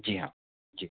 जी हाँ जी